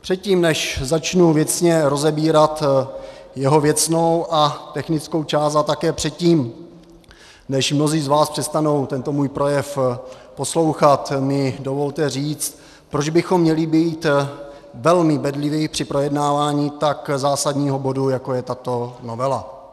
Předtím, než začnu věcně rozebírat jeho věcnou a technickou část, a také předtím, než mnozí z vás přestanou tento můj projev poslouchat, mi dovolte říct, proč bychom měli být velmi bedliví při projednávání tak zásadního bodu, jako je tato novela.